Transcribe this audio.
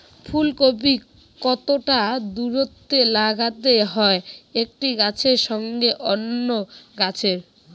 ফুলকপি কতটা দূরত্বে লাগাতে হয় একটি গাছের সঙ্গে অন্য গাছের?